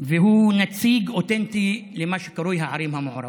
והוא נציג אותנטי של מה שקרוי הערים המעורבות.